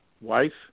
wife